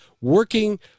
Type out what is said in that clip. working